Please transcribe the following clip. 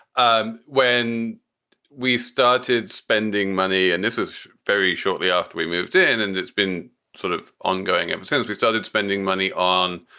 um when we started spending money and this is very shortly after we moved in and it's been sort of ongoing ever since we started spending money on